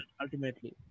ultimately